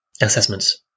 assessments